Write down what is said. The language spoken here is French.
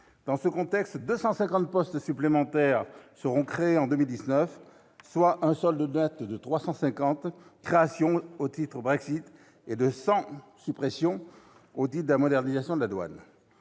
Dans ce contexte, 250 postes supplémentaires seront créés en 2019, ce solde net se déclinant en 350 créations au titre du Brexit et en 100 suppressions au titre de la modernisation de la douane.